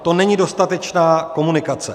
To není dostatečná komunikace.